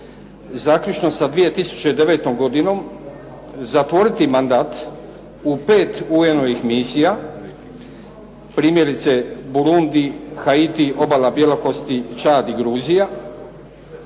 zaključno sa 2009. godinom zatvoriti mandat u 5 UN-ovih misija, primjerice Burundi, Haiti, Obala bjelokosti, Čad i Gruzija,